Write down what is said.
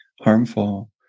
harmful